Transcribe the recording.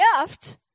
gift